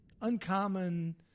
uncommon